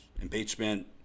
Impeachment